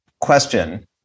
question